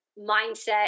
mindset